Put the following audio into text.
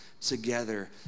together